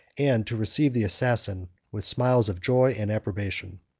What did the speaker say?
and to receive the assassin with smiles of joy and approbation.